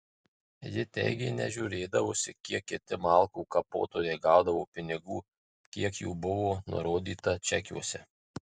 ji teigė nežiūrėdavusi kiek kiti malkų kapotojai gaudavo pinigų kiek jų buvo nurodyta čekiuose